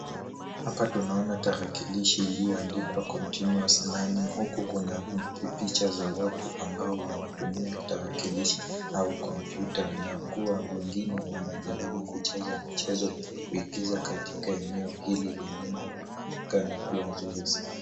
Hapa tunaona tatakilishi iliyoandikwa continous learning huku kuna picha za watu ambao wanatumia tarakilishi au kompyuta na kuwa wengine wanajaribu kucheza michezo ya kuingiza katika eneo hili lenye linaonekana kuwa nzuri sana.